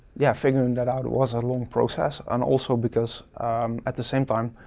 yeah, figuring that out was a long process and also because at the same time,